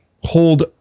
hold